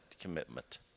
commitment